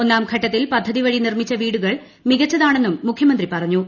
ഒന്നാം ഘട്ടത്തിൽ പദ്ധതി വഴി നിർമിച്ച വീടുകൾ മികച്ചതാണെന്ന് മുഖൃമന്ത്രി പറഞ്ഞു